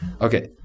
okay